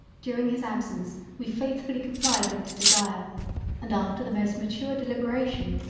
during his absence we faithfully complied with his desire and after the most mature deliberation,